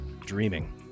Dreaming